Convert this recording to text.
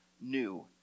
new